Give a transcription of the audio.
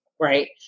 right